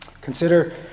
Consider